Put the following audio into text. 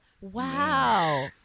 Wow